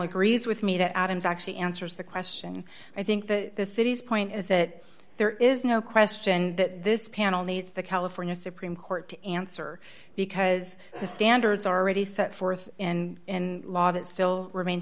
agrees with me that adams actually answers the question i think the city's point is that there is no question that this panel needs the california supreme court to answer because the standards already set forth in law that still remain